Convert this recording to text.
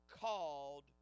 called